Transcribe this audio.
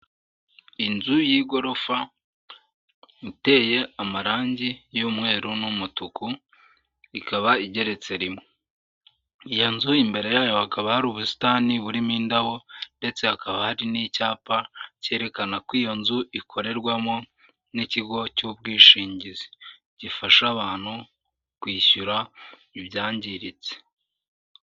Inzu y'igorofa iteye amarangi y'umweru n'umutuku ikaba igeretse rimwe, iyo nzu imbere yayo hakaba hari ubusitani burimo indabo ndetse hakaba hari n'icyapa cyerekana ko iyo nzu ikorerwamo n'ikigo cy'ubwishingizi gifasha abantu kwishyura ibyangiritse.